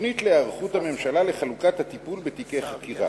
תוכנית להיערכות הממשלה לחלוקת הטיפול בתיקי חקירה,